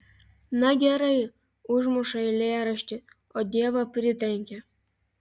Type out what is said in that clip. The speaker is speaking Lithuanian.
na gerai užmuša eilėraštį o dievą pritrenkia